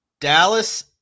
Dallas